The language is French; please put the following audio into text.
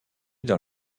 dans